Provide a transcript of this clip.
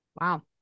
Wow